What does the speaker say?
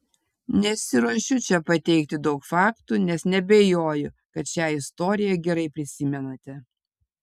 nesiruošiu čia pateikti daug faktų nes neabejoju kad šią istoriją gerai prisimenate